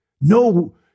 No